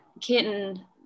kitten